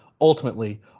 Ultimately